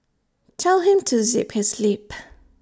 tell him to zip his lip